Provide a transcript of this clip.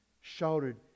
shouted